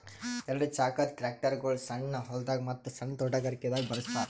ಎರಡ ಚಾಕದ್ ಟ್ರ್ಯಾಕ್ಟರ್ಗೊಳ್ ಸಣ್ಣ್ ಹೊಲ್ದಾಗ ಮತ್ತ್ ಸಣ್ಣ್ ತೊಟಗಾರಿಕೆ ದಾಗ್ ಬಳಸ್ತಾರ್